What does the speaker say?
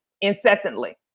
incessantly